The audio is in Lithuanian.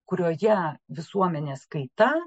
kurioje visuomenės kaita